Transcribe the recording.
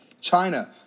China